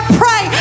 pray